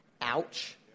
Ouch